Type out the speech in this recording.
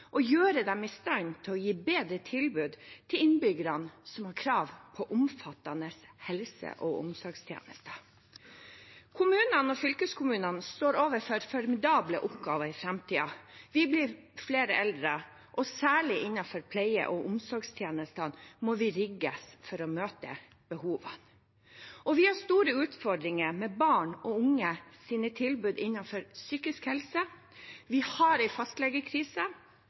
og gjøre dem i stand til å gi bedre tilbud til innbyggerne, som har krav på omfattende helse- og omsorgstjenester. Kommunene og fylkeskommunene står overfor formidable oppgaver i framtiden. Vi blir flere eldre, og særlig innenfor pleie- og omsorgstjenestene må vi rigges for å møte behovet. Vi har også store utfordringer med barn og unges tilbud innenfor psykisk helse. Vi har